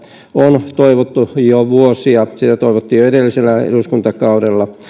on toivottu jo vuosia sitä toivottiin jo edellisellä eduskuntakaudella